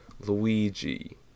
Luigi